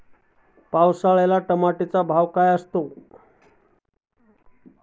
पावसाळ्यात टोमॅटोला भाव असतो का?